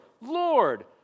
Lord